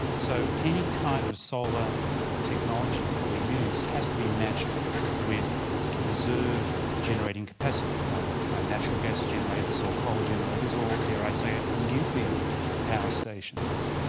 so any kind of solar technology that we use has to be matched with reserve generating capacity from national gas generators or coal generators, or dare i say it from nuclear power stations,